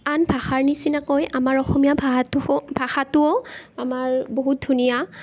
আন ভাষাৰ নিচিনাকৈ আমাৰ অসমীয়া ভাহাটো ভাষাটোও আমাৰ বহুত ধুনীয়া